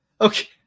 Okay